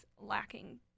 lacking